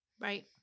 Right